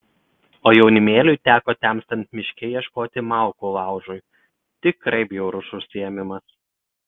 o jaunimėliui teko temstant miške ieškoti malkų laužui tikrai bjaurus užsiėmimas